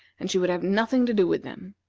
and she would have nothing to do with them.